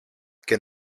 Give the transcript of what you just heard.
και